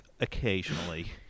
occasionally